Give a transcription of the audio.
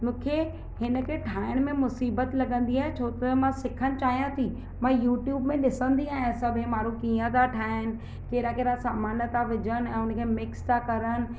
मूंखे हिन खे ठाहिण में मुसीबत लॻंदी आहे छो कर मां सिखणु चाहियां थी मां यूट्यूब में ॾिसंदी आहियां सभु इहे माण्हू कीअं त ठाहिनि कहिड़ा कहिड़ा सामान था विझनि ऐं उन खे मिक्स था करनि